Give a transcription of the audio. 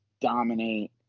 dominate